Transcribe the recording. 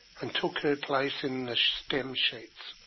and took her place in the stem-sheets,